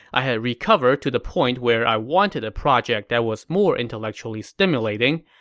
i had recovered to the point where i wanted a project that was more intellectually stimulating,